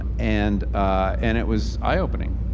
and and it was eye opening.